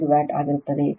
5 watt ಆಗಿರುತ್ತದೆ